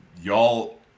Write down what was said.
y'all